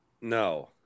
No